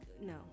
No